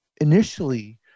initially